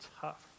tough